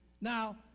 Now